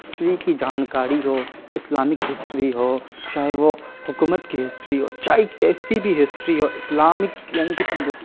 history کی جانکاری ہو اسلامک ہسٹری ہو چاہے وہ حکومت کی ہسٹری ہو چاہے کیسی بھی ہسٹری ہو اسلامک یعنی کہ ہندوس